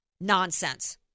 nonsense